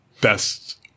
best